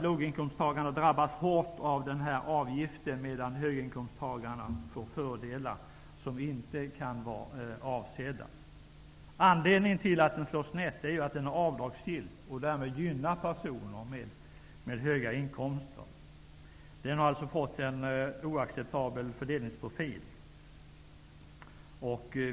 Låginkomsttagarna drabbas hårt av avgiften, medan höginkomsttagarna får fördelar som inte kan vara avsedda. Anledningen till att den slår snett är att den är avdragsgill och därmed gynnar personer med höga inkomster. Den har alltså fått en oacceptabel fördelningsprofil.